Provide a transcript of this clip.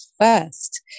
first